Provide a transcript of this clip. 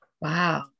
Wow